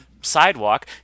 sidewalk